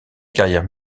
carrière